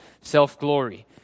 self-glory